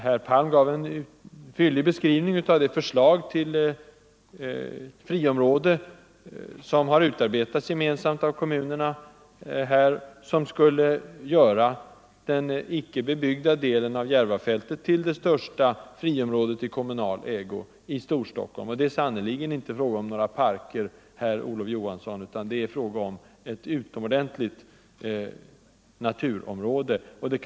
Herr Palm gav en fyllig beskrivning av det förslag till friområden som har utarbetats gemensamt av kommunerna. Det skulle göra den icke bebyggda delen av Järvafältet till det största grönområdet i kommunal ägo i Storstockholm. Det är sannerligen inte fråga om några parker, herr Olof Johansson, utan det gäller ett utomordentligt naturområde.